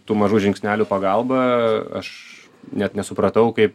tų mažų žingsnelių pagalba aš net nesupratau kaip